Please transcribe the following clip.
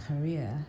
career